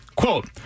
Quote